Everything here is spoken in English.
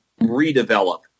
redevelop